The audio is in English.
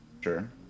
Sure